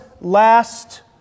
last